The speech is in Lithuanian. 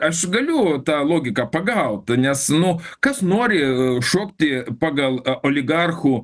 aš galiu tą logiką pagaut nes nu kas nori šokti pagal oligarchų